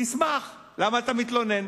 תשמח, למה אתה מתלונן?